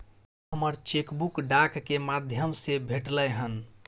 हमरा हमर cheque book डाक के माध्यम से भेटलय हन